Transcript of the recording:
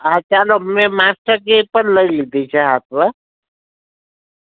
હા ચાલો મેં માસ્ટર કી પણ લઈ લીધી છે આપવા